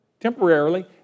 Temporarily